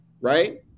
right